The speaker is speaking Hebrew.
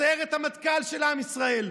סיירת המטכ"ל של עם ישראל,